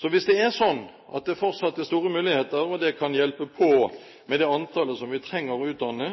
Så hvis det er slik at det fortsatt er store muligheter, og det kan hjelpe på med hensyn til det antallet som vi trenger å utdanne,